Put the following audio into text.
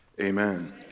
Amen